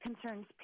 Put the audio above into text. concerns